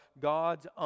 God's